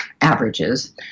averages